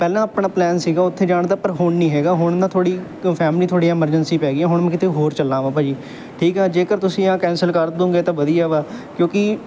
ਪਹਿਲਾਂ ਆਪਣਾ ਪਲਾਨ ਸੀਗਾ ਉੱਥੇ ਜਾਣ ਦਾ ਪਰ ਹੁਣ ਨਹੀਂ ਹੈਗਾ ਹੁਣ ਨਾ ਥੋੜ੍ਹੀ ਕਿਉਂ ਫੈਮਿਲੀ ਥੋੜ੍ਹੀ ਐਮਰਜੈਂਸੀ ਪੈ ਗਈ ਹੁਣ ਮੈਂ ਕਿਤੇ ਹੋਰ ਚੱਲਾ ਵਾ ਭਾਅ ਜੀ ਠੀਕ ਆ ਜੇਕਰ ਤੁਸੀਂ ਆਹ ਕੈਂਸਲ ਕਰ ਦੋਗੇ ਤਾਂ ਵਧੀਆ ਵਾ ਕਿਉਂਕਿ